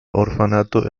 orfanato